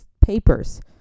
papers